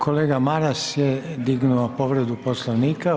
Kolega Maras je dignuo povredu Poslovnika.